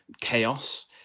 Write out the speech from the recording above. chaos